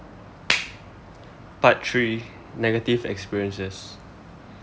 part three negative experiences